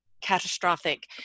catastrophic